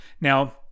Now